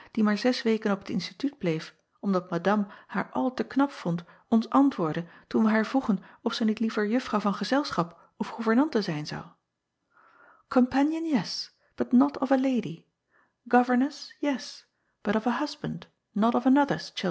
die maar zes weken op het nstitut bleef omdat adame haar al te knap vond ons antwoordde toen wij haar vroegen of zij niet liever juffrouw van gezelschap of goevernante zijn zou companion yes but not of a lady